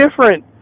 different